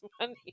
money